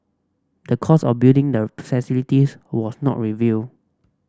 the cost of building the facilities was not reveal